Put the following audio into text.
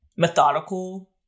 methodical